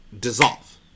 dissolve